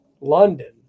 London